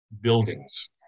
buildings